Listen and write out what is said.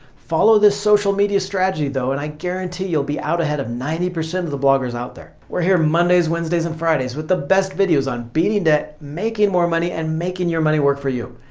follow this social media strategy though and i guarantee you'll be out ahead of ninety percent of the bloggers out there. we're here mondays, wednesdays and fridays with the best videos on beating debt, making more money and making your money work for you.